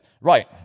Right